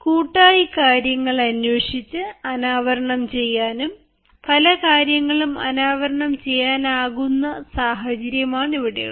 കൂട്ടായി കാര്യങ്ങൾ അന്വേഷിച്ചു അനാവരണം ചെയ്യാനാകും പല കാര്യങ്ങളും അനാവരണം ചെയ്യാനാകുന്ന സാഹചര്യമാണിവിടെയുള്ളത്